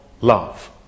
love